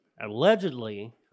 Allegedly